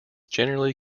generally